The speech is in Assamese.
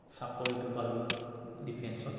চাকৰিটো পালোঁ ডিফেঞ্চত